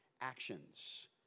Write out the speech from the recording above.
actions